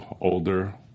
older